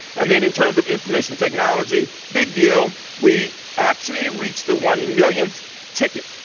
and then in terms of information technology, big deal. we actually reached the one millionth ticket,